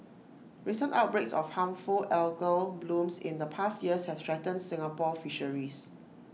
recent outbreaks of harmful algal blooms in the past years have threatened Singapore fisheries